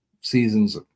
seasons